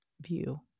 view